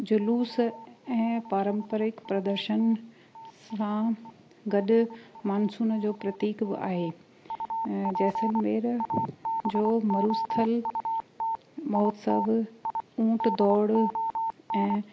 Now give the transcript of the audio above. जुलूस ऐं पारंपरिक प्रदर्शन सां गॾु मानसून जो प्रतीक बि आहे ऐं जैसलमेर जो मरुस्थल महोत्सव ऊंट दौड़ ऐं